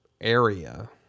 area